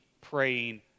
praying